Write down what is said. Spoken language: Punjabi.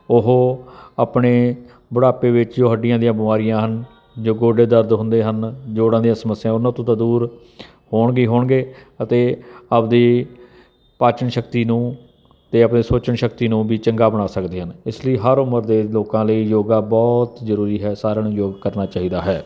ਉਹ ਆਪਣੇ ਬੁਢਾਪੇ ਵਿੱਚ ਹੱਡੀਆਂ ਦੀਆਂ ਬਿਮਾਰੀਆਂ ਹਨ ਜੋ ਗੋਡੇ ਦਰਦ ਹੁੰਦੇ ਹਨ ਜੋੜਾਂ ਦੀਆਂ ਸਮੱਸਿਆ ਉਹਨਾਂ ਤੋਂ ਤਾਂ ਦੂਰ ਹੋਣਗੇ ਹੀ ਹੋਣਗੇ ਅਤੇ ਆਪਦੀ ਪਾਚਣ ਸ਼ਕਤੀ ਨੂੰ ਅਤੇ ਆਪਦੀ ਸੋਚਣ ਸ਼ਕਤੀ ਨੂੰ ਵੀ ਚੰਗਾ ਬਣਾ ਸਕਦੇ ਹਨ ਇਸ ਲਈ ਹਰ ਉਮਰ ਦੇ ਲੋਕਾਂ ਲਈ ਯੋਗਾ ਬਹੁਤ ਜ਼ਰੂਰੀ ਹੈ ਸਾਰਿਆਂ ਨੂੰ ਯੋਗ ਕਰਨਾ ਚਾਹੀਦਾ ਹੈ